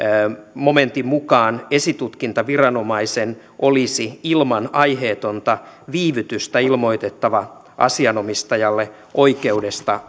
momentin mukaan esitutkintaviranomaisen olisi ilman aiheetonta viivytystä ilmoitettava asianomistajalle oikeudesta